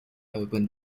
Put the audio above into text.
open